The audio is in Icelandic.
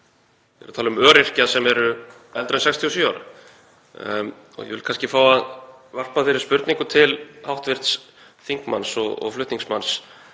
Ég er að tala um öryrkja sem eru eldri en 67 ára og ég vil kannski fá að varpa þeirri spurningu til hv. þingmanns og flutningsmanns: